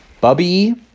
Bubby